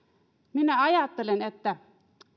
minä ajattelen että